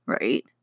Right